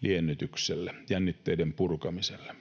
liennytykselle ja jännitteiden purkamiselle.